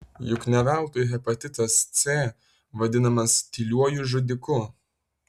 juk ne veltui hepatitas c vadinamas tyliuoju žudiku